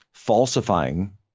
falsifying